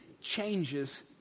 changes